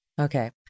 okay